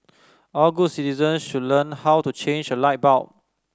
all good citizens should learn how to change a light bulb